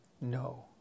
no